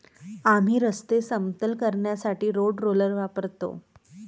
आम्ही रस्ते समतल करण्यासाठी रोड रोलर वापरतो